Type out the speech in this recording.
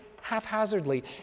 haphazardly